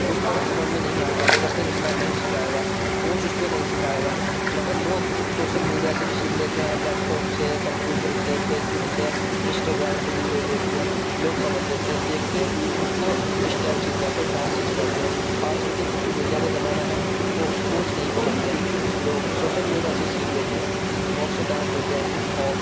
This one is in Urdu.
اس طرح سمجھ میں نہیں آ پائے گا جب تک استاد نہیں سکھائے گا کوچ اس کو نہیں سکھائے گا مگر لوگ سوسل میڈیا سے بھی سیکھ لیتے ہیں لیپ ٹاپ سے کمپیوٹر سے فیس بک سے انسٹا گرام سے ویڈیو دیکھ کے لوگ سمجھ لیتے ہیں دیکھ کے اس کو اسٹیپ سیکھ جاتے ہیں ڈانس سیکھ جاتے ہیں آج کل تو سوسل میڈیا کا زمانہ ہے تو اس کوچ نہیں پکڑتے لوگ سوسل میڈیا سے سیکھ لیتے ہیں بہت سے ڈانس ہوتے ہیں ہپ ہاپ